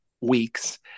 weeks